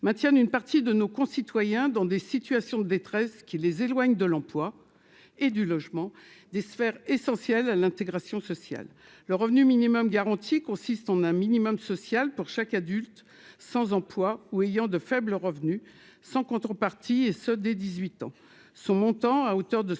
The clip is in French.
maintiennent une partie de nos concitoyens dans des situations de détresse qui les éloigne de l'emploi et du logement, des sphères essentielle à l'intégration sociale, le revenu minimum garanti, consiste en un minimum social pour chaque adulte sans emploi ou ayant de faibles revenus, sans contrepartie, et ce dès 18 ans, son montant à hauteur de